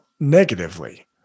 negatively